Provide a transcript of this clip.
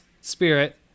spirit